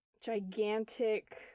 gigantic